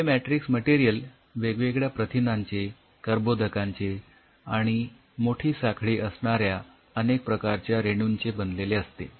हे matrix material वेगवेगळ्या प्रथिनांचे कर्बोदकांचे आणि मोठी साखळी असणाऱ्या अनेक प्रकारच्या रेणूंचे बनलेले असते